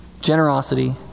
Generosity